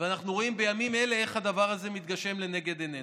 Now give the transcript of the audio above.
ואנחנו רואים בימים אלה איך הדבר הזה מתגשם לנגד עינינו.